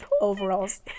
overalls